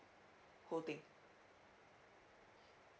whole thing